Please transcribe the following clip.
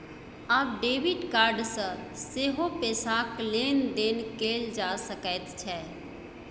आब debit card सँ सेहो पैसाक लेन देन कैल जा सकैत छै